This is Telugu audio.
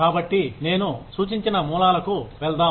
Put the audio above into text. కాబట్టి నేను సూచించిన మూలాలకు వెళ్దాం